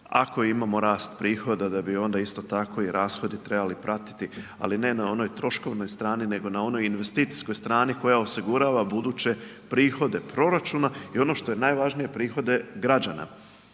ako imamo rast prihoda da bi onda isto tako i rashodi trebali pratiti ali ne na onoj troškovnoj strani nego na onoj investicijskoj strani koja osigurava buduće prihode proračuna i ono što je najvažnije prihode građana.